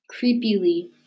creepily